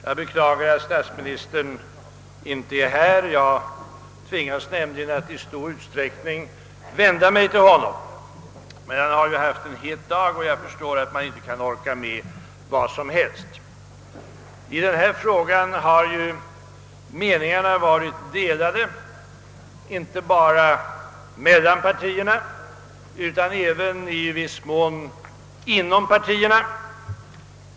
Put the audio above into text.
Jag beklagar att statsministern inte är närvarande, eftersom jag i stor utsträckning tvingas vända mig till honom. Men han har ju haft en het dag, och jag förstår att han kan bli trött. I denna fråga har meningarna varit delade, inte bara mellan partierna utan även i viss mån inom partierna.